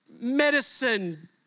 medicine